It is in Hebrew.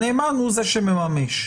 הנאמן הוא זה שמממש.